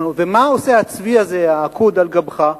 הוא אומר לו, ומה עושה הצבי הזה העקוד על גבך?